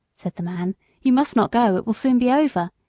said the man you must not go, it will soon be over,